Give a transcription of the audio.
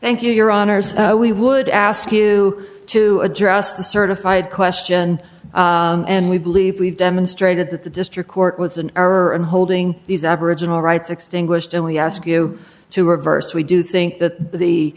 thank you your honor we would ask you to address the certified question and we believe we've demonstrated that the district court was an error in holding these aboriginal rights extinguished and we ask you to reverse we do think that the